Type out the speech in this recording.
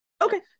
okay